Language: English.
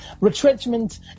retrenchment